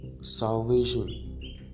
salvation